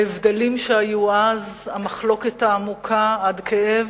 ההבדלים שהיו אז, המחלוקת העמוקה עד כאב,